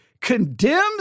condemns